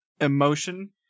emotion